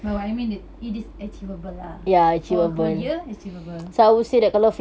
but what I mean it it is achievable lah for a year achievable